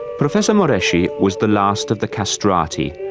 professor moreschi was the last of the castrati,